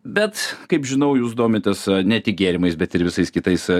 bet kaip žinau jūs domitės ne tik gėrimais bet ir visais kitais